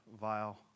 vile